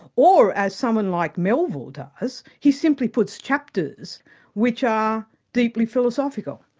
or as someone like melville does, he simply puts chapters which are deeply philosophical.